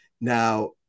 Now